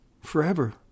forever